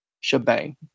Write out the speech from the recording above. shebang